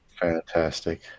Fantastic